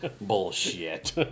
Bullshit